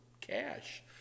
cash